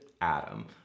Adam